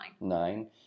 Nine